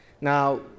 Now